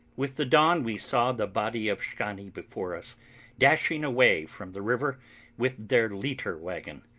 with the dawn we saw the body of szgany before us dashing away from the river with their leiter-wagon.